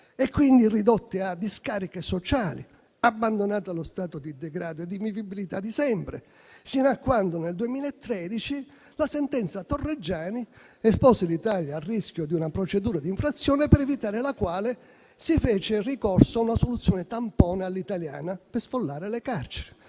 quindi, ridotte a discariche sociali, abbandonate allo stato di degrado e in vivibilità di sempre. Questo sino a quando, nel 2013, la sentenza Torreggiani espose l'Italia al rischio di una procedura di infrazione, per evitare la quale si fece ricorso alla soluzione tampone all'italiana per sfollare le carceri.